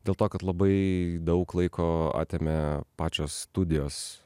dėl to kad labai daug laiko atėmė pačios studijos